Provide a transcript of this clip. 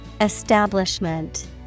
Establishment